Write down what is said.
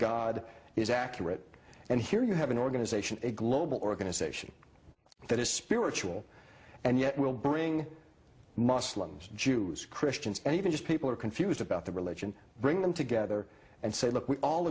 god is accurate and here you have an organization a global organization that is spiritual and yet will bring muslims jews christians and even just people are confused about the religion bring them together and say look we all